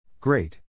Great